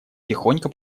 тихонько